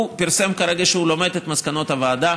הוא פרסם כרגע שהוא לומד את מסקנות הוועדה.